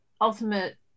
ultimate